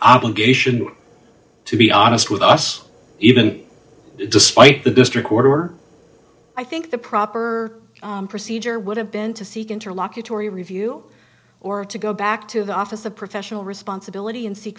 obligation to be honest with us even despite the district order i think the proper procedure would have been to seek interlocutory review or to go back to the office of professional responsibility and seek